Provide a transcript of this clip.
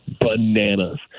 bananas